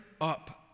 up